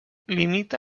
limita